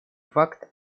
факт